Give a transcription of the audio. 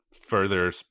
further